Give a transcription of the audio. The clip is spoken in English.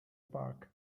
park